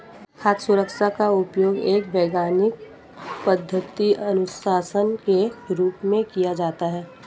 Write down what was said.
खाद्य सुरक्षा का उपयोग एक वैज्ञानिक पद्धति अनुशासन के रूप में किया जाता है